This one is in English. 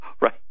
right